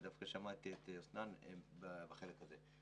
ודווקא שמעתי את --- בחלק הזה.